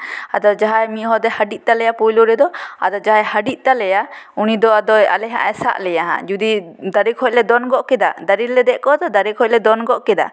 ᱟᱫᱚ ᱡᱟᱦᱟᱸᱭ ᱢᱤᱫ ᱦᱚᱲ ᱫᱚᱭ ᱦᱟᱹᱰᱤᱜ ᱛᱟᱞᱮᱭᱟ ᱯᱳᱭᱞᱳ ᱨᱮᱫᱚ ᱟᱫᱚ ᱡᱟᱦᱟᱸᱭ ᱦᱟᱹᱰᱤᱜ ᱛᱟᱞᱮᱭᱟᱭ ᱩᱱᱤ ᱫᱚ ᱟᱫᱚᱭ ᱟᱞᱮ ᱦᱟᱸᱜᱼᱮ ᱥᱟᱵ ᱞᱮᱭᱟᱭ ᱦᱟᱸᱜ ᱡᱩᱫᱤ ᱫᱟᱨᱮ ᱠᱷᱚᱱ ᱞᱮ ᱫᱚᱱ ᱜᱚᱫ ᱠᱮᱫᱟ ᱫᱟᱨᱮ ᱨᱮᱞᱮ ᱫᱮᱡ ᱠᱚᱜᱼᱟ ᱛᱚ ᱫᱟᱨᱮ ᱠᱷᱚᱱ ᱞᱮ ᱫᱚᱱ ᱜᱚᱫ ᱠᱮᱫᱟ